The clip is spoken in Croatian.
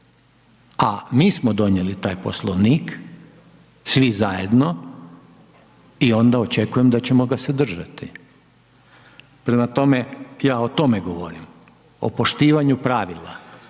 a mi smo donijeli taj Poslovnik, svi zajedno i onda očekujem da ćemo ga se držati. Prema tome, ja o tome govorim, o poštovanju pravila